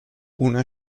una